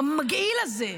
המגעיל הזה.